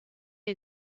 est